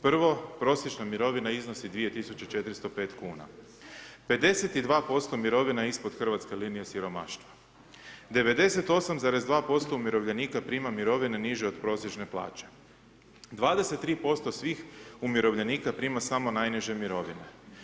Prvo, prosječna mirovina iznosi 2405 kuna, 52% mirovina ispod hrvatske linije siromaštva, 98,2% umirovljenika prima mirovine niže od prosječne plaće, 23% svih umirovljenika prima samo najniže mirovine.